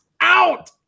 out